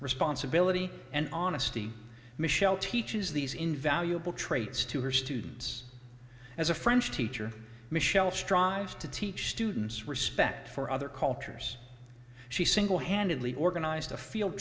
responsibility and honesty michelle teaches these invaluable traits to her students as a french teacher michelle strives to teach students respect for other cultures she singlehandedly organized a field